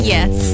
Yes